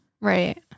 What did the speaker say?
Right